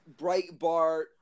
breitbart